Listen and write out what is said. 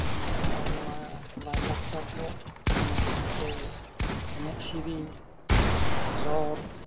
ᱱᱚᱜᱼᱚᱭ ᱱᱚᱣᱟ ᱞᱟᱭᱼᱞᱟᱠᱪᱟᱨ ᱠᱚ ᱚᱱᱟ ᱥᱟᱶᱛᱮ ᱮᱱᱮᱡ ᱥᱮᱨᱮᱧ ᱨᱚᱲ